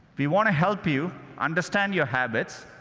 we want to help you understand your habits,